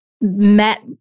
met